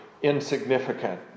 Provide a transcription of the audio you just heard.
Insignificant